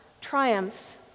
triumphs